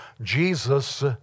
Jesus